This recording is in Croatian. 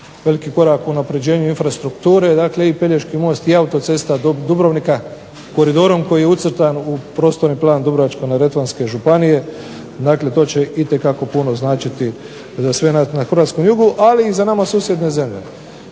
veliki korak u unapređenju infrastrukture. Dakle, i Pelješki most i autocesta do Dubrovnika koridorom koji je ucrtan u prostorni plan Dubrovačko-neretvanske županije. Dakle, to će itekako puno značiti za sve nas na hrvatskom jugu, ali i za nama susjedne zemlje.